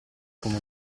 come